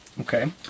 Okay